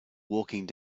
walking